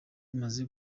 imaze